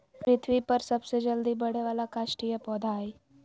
पृथ्वी पर सबसे जल्दी बढ़े वाला काष्ठिय पौधा हइ